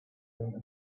been